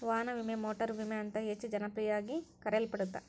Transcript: ವಾಹನ ವಿಮೆ ಮೋಟಾರು ವಿಮೆ ಅಂತ ಹೆಚ್ಚ ಜನಪ್ರಿಯವಾಗಿ ಕರೆಯಲ್ಪಡತ್ತ